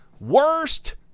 worst